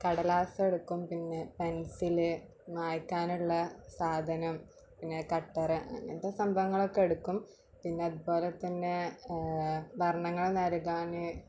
കടലാസെടുക്കും പിന്നെ പെൻസില് മായ്ക്കാനുള്ള സാധനം പിന്നെ കട്ടറ് അങ്ങനത്തെ സംഭവങ്ങളൊക്കെ എടുക്കും പിന്നതുപോലെ തന്നെ വർണ്ണങ്ങള് നല്കാന്